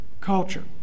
culture